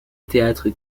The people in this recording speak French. théâtre